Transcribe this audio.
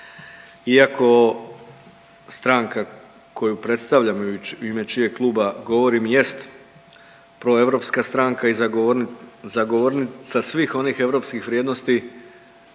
iako stranka koju predstavljam i u ime čijeg kluba govorim jest proeuropska stranka i zagovornica svih onih europskih vrijednosti